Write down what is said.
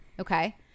okay